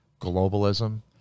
globalism